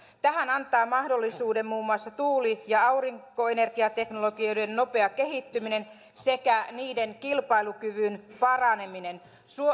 tähän antaa mahdollisuuden muun muassa tuuli ja aurinkoenergiateknologioiden nopea kehittyminen sekä niiden kilpailukyvyn paraneminen